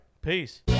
Peace